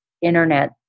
internet